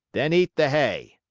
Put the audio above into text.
then eat the hay!